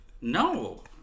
No